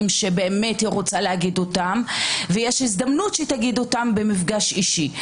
שבאמת רוצה לומר אותם ויש הזדמנות שתגיד אותם במפגש אישי.